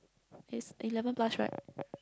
it's eleven plus right